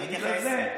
אני מתייחס,